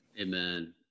Amen